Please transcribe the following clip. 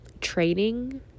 training